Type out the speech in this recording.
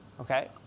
Okay